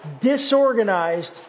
disorganized